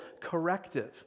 corrective